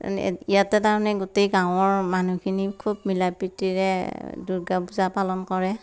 ইয়াতে তাৰমানে গোটেই গাঁৱৰ মানুহখিনি খুব মিলা প্ৰীতিৰে দুৰ্গা পূজা পালন কৰে